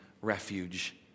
refuge